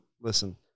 listen